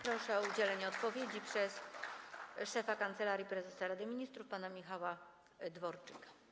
Proszę o udzielenie odpowiedzi szefa Kancelarii Prezesa Rady Ministrów pana Michała Dworczyka.